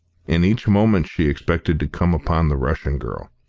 and each moment she expected to come upon the russian girl.